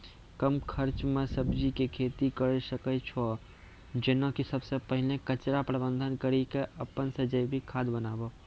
कम खर्च मे सब्जी के खेती करै सकै छौ जेना कि सबसे पहिले कचरा प्रबंधन कड़ी के अपन से जैविक खाद बनाबे?